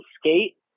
skate